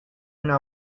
una